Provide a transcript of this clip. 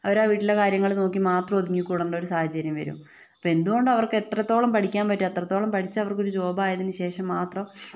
അവരാ വീട്ടിലെ കാര്യങ്ങള് മാത്രം നോക്കി ഒതുങ്ങി കൂടേണ്ട ഒരു സാഹചര്യം വരും ഇപ്പൊൾ എന്തുകൊണ്ട് അവർക്ക് എത്രത്തോളം പഠിക്കാൻ പറ്റുവോ അത്രത്തോളം പഠിപ്പിച്ച് അവർക്കൊരു ജോബ് ആയതിനു ശേഷം മാത്രം